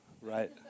Right